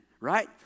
right